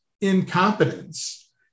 incompetence